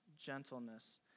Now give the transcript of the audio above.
gentleness